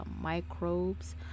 microbes